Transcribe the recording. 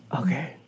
Okay